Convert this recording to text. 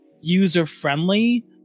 user-friendly